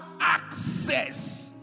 access